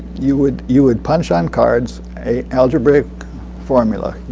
you would you would punch on cards a algebraic formula.